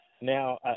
Now